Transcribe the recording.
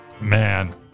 man